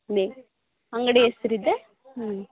ಅಂಗಡಿ ಹೆಸ್ರಿದೆ ಹೂಂ